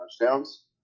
touchdowns